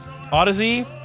Odyssey